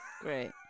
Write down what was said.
great